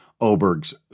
Oberg's